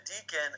Deacon